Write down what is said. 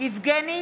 יבגני